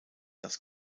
das